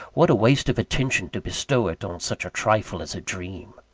what a waste of attention to bestow it on such a trifle as a dream!